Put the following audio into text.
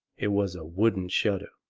it was a wooden shutter.